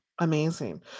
Amazing